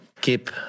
keep